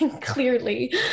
clearly